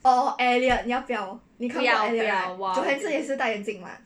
不要不要 !wah!